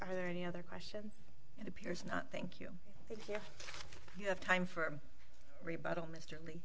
are there any other questions it appears not think you think you have time for rebuttal mr lee